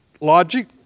logic